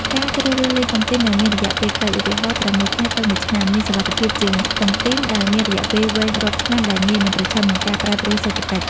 ការជ្រើសរើសលេងតុងទីនដែលមាន "រយៈពេលខ្លី" (ឧទាហរណ៍ ៦ ខែ ទៅ ១ ឆ្នាំ) មានសុវត្ថិភាពជាងតុងទីនដែលមានរយៈពេលវែងរាប់ឆ្នាំ ដែលងាយនឹងប្រឈមនឹងការប្រែប្រួលសេដ្ឋកិច្ច។